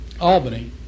albany